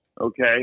okay